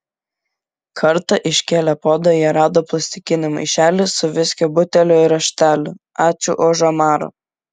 kartą iškėlę puodą jie rado plastikinį maišelį su viskio buteliu ir rašteliu ačiū už omarą